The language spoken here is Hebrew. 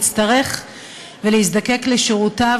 אבל אני יודעת מה המשמעות של להצטרך ולהזדקק לשירותיו